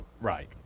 Right